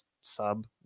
sub